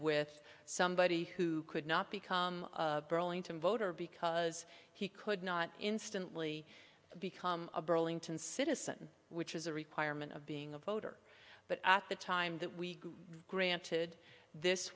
with somebody who could not become burlington voter because he could not instantly become a burlington citizen which is a requirement of being a voter but at the time that we granted this